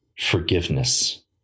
forgiveness